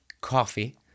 Coffee